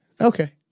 okay